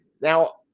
now